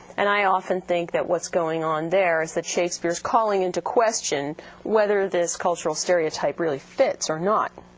and i often think that what's going on there is that shakespeare's calling into question whether this cultural stereotype really fits or not.